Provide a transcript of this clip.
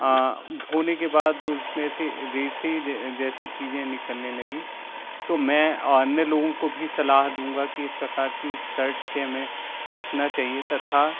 धोने के बाद उसमें से रेशे जैसी चीज़ें निकलने लगी तो मैं अन्य लोगों को भी सलाह दूँगा कि इस प्रकार की शर्ट से हमें बचाना चाहिए तथा